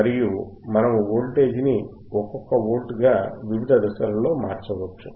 మరియు మనము వోల్టేజ్ ని ఒక్కొక్క వోల్ట్ గా వివిధ దశలలో మార్చవచ్చు